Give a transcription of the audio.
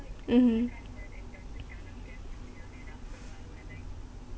mmhmm